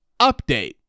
Update